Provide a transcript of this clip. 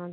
অঁ